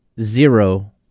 zero